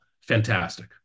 fantastic